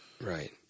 Right